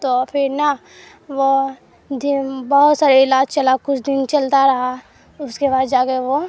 تو پھر نا وہ بہت سارے علاج چلا کچھ دن چلتا رہا اس کے بعد جا کے وہ